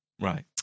right